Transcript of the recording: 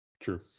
True